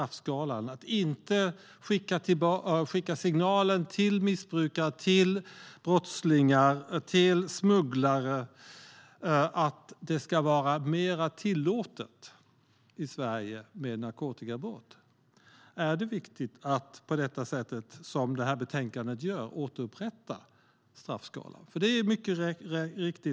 För att inte skicka signalen till missbrukare, brottslingar och smugglare att narkotikabrott ska vara mer tillåtet i Sverige är det viktigt att, som betänkandet gör, skärpa straffskalan.